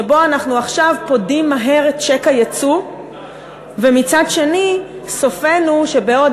שבו אנחנו עכשיו פודים מהר את צ'ק היצוא ומצד שני סופנו שבעוד